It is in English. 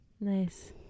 nice